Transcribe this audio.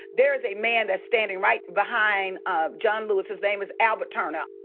there is a man that's standing right behind ah john lewis. his name is albert turner.